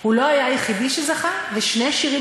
הוא לא היה היחידי שזכה ושני שירים